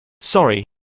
Sorry